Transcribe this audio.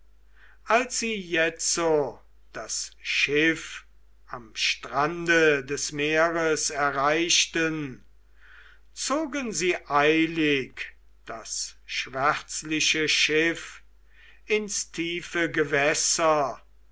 als sie jetzo das schiff am strande des meeres erreichten zogen sie eilig das schwärzliche schiff ins tiefe gewässer